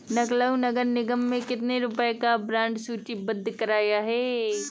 लखनऊ नगर निगम ने कितने रुपए का बॉन्ड सूचीबद्ध कराया है?